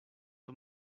the